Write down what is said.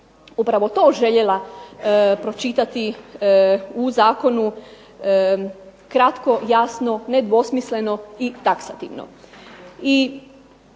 upravo je to željela pročitati u zakonu kratko, jasno, nedvosmisleno i taksativno.